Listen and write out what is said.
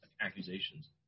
accusations